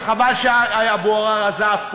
וחבל שאבו עראר עזב: